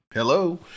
Hello